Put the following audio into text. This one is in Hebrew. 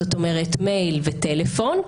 זאת אומרת מייל וטלפון,